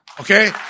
Okay